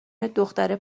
دختره